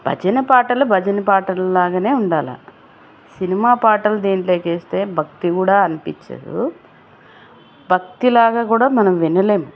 భజన పాటలు భజన పాటలు లాగానే ఉండాల సినిమా పాటలు దీంట్లోకేస్తే భక్తి గూడా అనిపించదు భక్తి లాగా గూడా మనం వినలేం